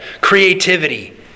Creativity